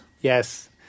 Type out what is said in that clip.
Yes